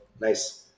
nice